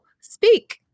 speak